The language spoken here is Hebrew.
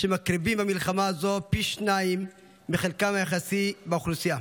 שמקריבים במלחמה הזו פי-שניים מחלקם היחסי באוכלוסייה.